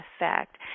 effect